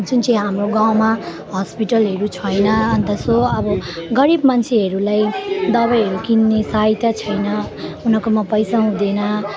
जुन चाहिँ हाम्रो गाउँमा हस्पिटलहरू छैन अनि त यसो अब गरिब मान्छेहरूलाई दबाईहरू किन्ने सहायता छैन उनीहरूकोमा पैसा हुँदैन